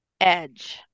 Edge